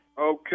Okay